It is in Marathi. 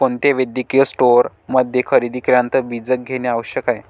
कोणत्याही वैद्यकीय स्टोअरमध्ये खरेदी केल्यानंतर बीजक घेणे आवश्यक आहे